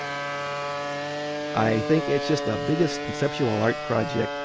i think it's just a biggest conceptual art project,